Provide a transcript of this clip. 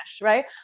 right